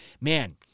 man